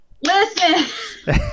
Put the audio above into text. Listen